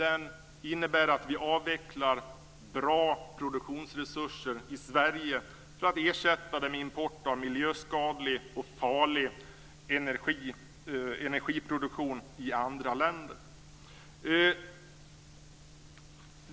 Den innebär att vi avvecklar bra produktionsresurser i Sverige för att ersätta import av miljöskadlig och farlig energiproduktion i andra länder.